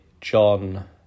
John